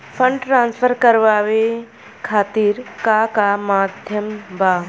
Fund transfer करवाये खातीर का का माध्यम बा?